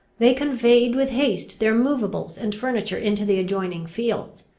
they conveyed with haste their moveables and furniture into the adjoining fields.